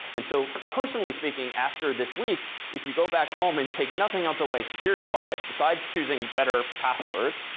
and so, personally speaking, after this week if you go back home and take nothing else away security-wise besides choosing better passwords,